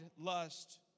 lust